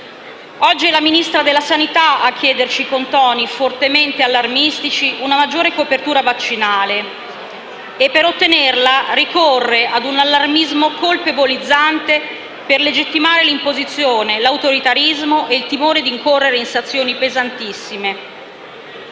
Oggi è la Ministra della sanità a chiederci, con toni fortemente allarmistici, una maggiore copertura vaccinale e per ottenerla ricorre a un allarmismo colpevolizzante per legittimare l'imposizione, l'autoritarismo e il timore di incorrere in sanzioni pesantissime.